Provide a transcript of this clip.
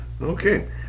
Okay